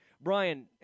brian